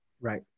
Right